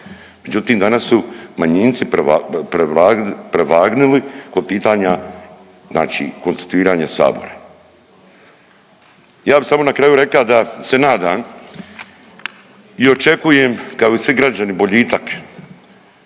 Međutim, danas su manjinci prevagnuli kod pitanja znači konstituiranja Sabora. Ja bi samo na kraju reka da se nadam i očekujem kao i svi građani boljitak